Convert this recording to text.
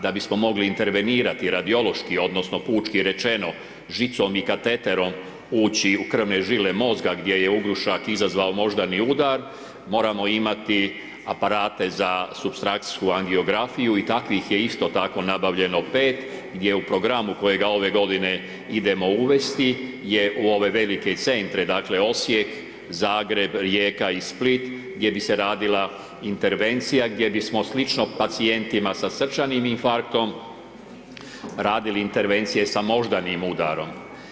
Da bismo mogli intervenirati, radiološki odnosno pučki rečeno žicom i kateterom ući u krvne žile mozga gdje je ugrušak izazvao moždani udar, moramo imati aparate za supstrakcijsku angiografiju i takvih je isto tako nabavljeno 5 gdje u programu kojega ove godine idemo uvesti je u ove velike centre dakle Osijek, Zagreb, Rijeka i Split, gdje bi se radila intervencija gdje bismo slično pacijentima sa srčanim infarktom radili intervencije sa moždanim udarom.